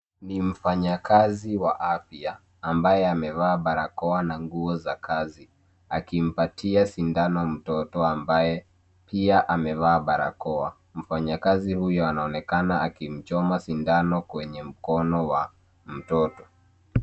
Ni mfanyakazi wa afya ambaye amevaa barakoa na nguo za kazi akimpatia sindano mtoto ambaye pia amevaa barakoa. Mfanyakazi huyo anaonekana akimchoma sindano kwenye mkono wa mtoto.